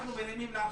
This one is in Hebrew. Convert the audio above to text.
אנחנו מרימים להנחתה,